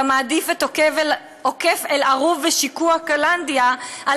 אתה מעדיף את עוקף אל-ערוב ושיקוע קלנדיה על